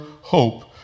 hope